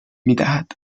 میدهد